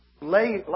lay